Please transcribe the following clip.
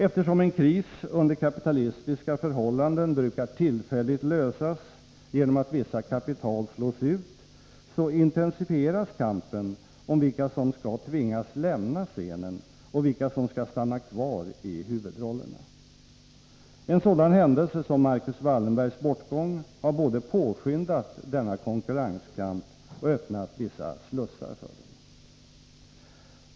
Eftersom en kris under kapitalistiska förhållanden brukar tillfälligt lösas genom att vissa kapital slås ut, intensifieras kampen om vilka som skall tvingas lämna scenen och vilka som skall stanna kvar i huvudrollerna. En sådan händelse som Marcus Wallenbergs bortgång har både påskyndat denna konkurrenskamp och öppnat vissa slussar för den.